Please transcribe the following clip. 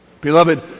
Beloved